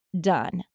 done